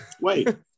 wait